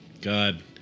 God